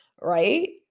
right